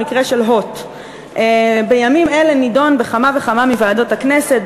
המקרה של "הוט"; בימים אלה הוא נדון בכמה וכמה מוועדות הכנסת,